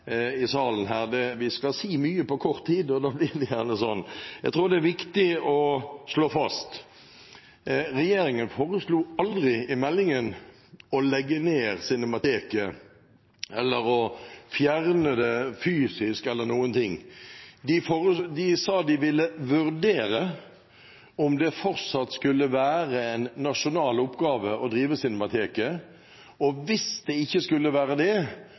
i salen her – vi skal si mye på kort tid og da blir det gjerne slik. Jeg tror det er viktig å slå fast: Regjeringen foreslo aldri i meldingen å legge ned Cinemateket, eller å fjerne det fysisk eller noen ting. De sa de ville vurdere om det fortsatt skulle være en nasjonal oppgave å drive Cinemateket, og hvis det ikke skulle være det,